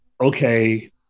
okay